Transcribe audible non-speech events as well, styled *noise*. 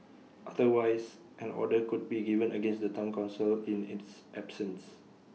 *noise* otherwise an order could be given against the Town Council in its absence